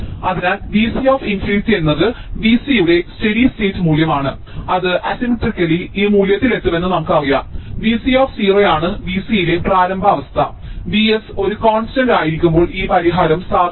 അതിനാൽ Vc∞ എന്നത് V c യുടെ സ്റ്റെഡി സ്റ്റേറ്റ് മൂല്യമാണ് അത് അസിമട്രിക്കലി ഈ മൂല്യത്തിൽ എത്തുമെന്ന് നമുക്കറിയാം V c ആണ് Vc യിലെ പ്രാരംഭ അവസ്ഥ Vs ഒരു കോൺസ്റ്റന്റ് ആയിരിക്കുമ്പോൾ ഈ പരിഹാരം സാധുവാണ്